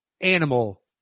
animal